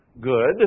good